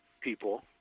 people